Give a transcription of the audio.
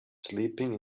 sleeping